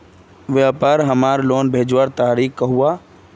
व्यापार हमार लोन भेजुआ तारीख को हुआ?